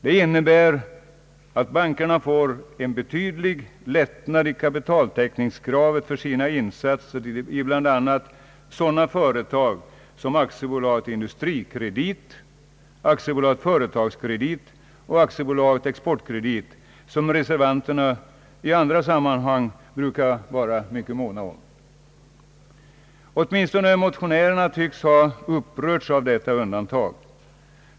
Det innebär att bankerna får en betydlig lättnad i kapitaltäckningskravet för sina insatser i bl.a. sådana företag som AB Industrikredit, AB Företagskredit och AB Exportkredit, som reservanterna i andra sammanhang brukar vara mycket måna om. Åtminstone motionärerna tycks ha upprörts av detta undantag.